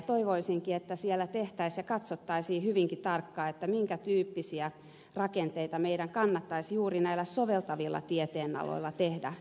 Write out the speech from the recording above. toivoisinkin että siellä tehtäisiin ja katsottaisiin hyvinkin tarkkaan minkä tyyppisiä rakenteita meidän kannattaisi juuri näillä soveltavilla tieteenaloilla tehdä jatkossa